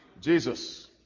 Jesus